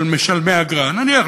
נניח.